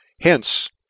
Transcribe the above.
Hence